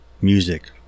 music